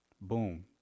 Boom